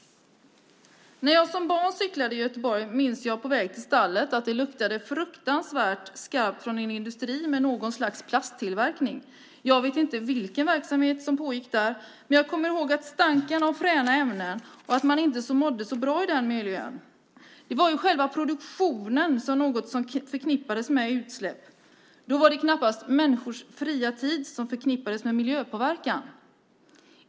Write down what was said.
När jag som barn cyklade i Göteborg på väg till stallet minns jag att det luktade fruktansvärt skarpt från en industri med något slags plasttillverkning. Jag vet inte vilken verksamhet som pågick där, men jag kommer ihåg stanken av fräna ämnen och att man inte mådde så bra i den miljön. Själva produktionen var något som förknippades med utsläpp. Då var det knappast människors fria tid som förknippades med miljöpåverkan.